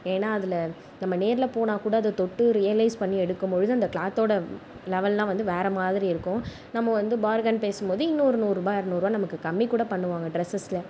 ஏன்னா அதில் நம்ம நேரில் போனாக்கூட அதை தொட்டு ரியலைஸ் பண்ணி எடுக்கும்பொழுது அந்த கிளாத்தோட லெவல்லாம் வந்து வேற மாதிரி இருக்கும் நம்ம வந்து பார்கன் பேசும்போது இன்னும் ஒரு நூறுரூபா இருநூறுபா நமக்கு கம்மிக்கூடப் பண்ணுவாங்க ட்ரெஸ்ஸில்